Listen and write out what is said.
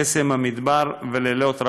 קסם המדבר ולילות רמדאן,